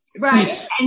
Right